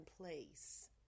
place